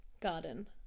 Garden